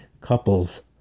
couples